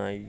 नाई?